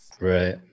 right